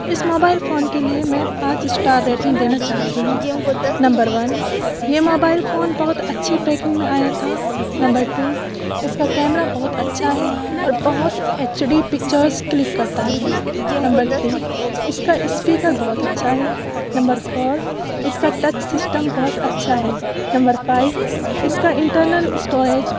اس mobile phone کے لیے میں پانچ اسٹار ریٹنگ دینا چاہتی ہوں نمبر ون یہ موبائل فون بہت اچھی پیکنگ میں آیا تھا نمبر ٹو اس کا کیمرا بہت اچھا ہے اور بہت ایچ ڈی پکچرس کلک کرتا ہے نمبر تھری اس کا اسپیکر بہت اچھا ہے نمبر فور اس کا ٹچ سسٹم بہت اچھا ہے نمبر فائو اس کا انٹرنل اسٹوریج